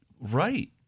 right